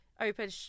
open